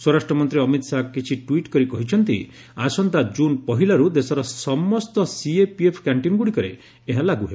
ସ୍ୱରାଷ୍ଟ୍ର ମନ୍ତ୍ରୀ ଅମିତ ଶାହା କିଛି ଟ୍ୱିଟ୍ କରି କହିଛନ୍ତି ଆସନ୍ତା କ୍କୁନ୍ ପହିଲାରୁ ଦେଶର ସମସ୍ତ ସିଏପିଏଫ୍ କ୍ୟାଷ୍ଟିନ୍ଗ୍ରଡ଼ିକରେ ଏହା ଲାଗୁ ହେବ